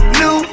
new